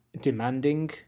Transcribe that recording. demanding